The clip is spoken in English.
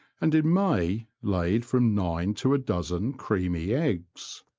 and in may laid from nine to a dozen creamy eggs.